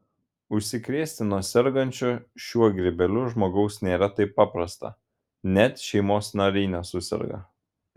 užsikrėsti nuo sergančio šiuo grybeliu žmogaus nėra taip paprasta net šeimos nariai nesuserga